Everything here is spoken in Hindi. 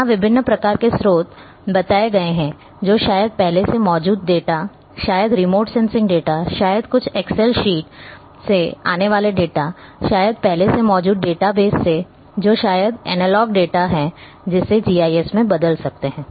यहाँ विभिन्न प्रकार के स्रोत बताए गए हैं जो शायद पहले से मौजूद डेटा शायद रिमोट सेंसिंग डेटा शायद कुछ एक्सेल शीट से आने वाले डेटा शायद पहले से मौजूद डेटाबेस से जो या शायद एनालॉग डेटा है जिसे जीआईएस में बदल सकते हैं